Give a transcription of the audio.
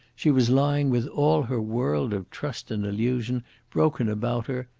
she was lying with all her world of trust and illusion broken about her,